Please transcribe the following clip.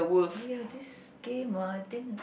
oh ya this game ah I think